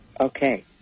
Okay